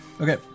Okay